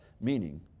meaning